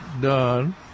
done